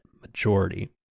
majority